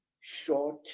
short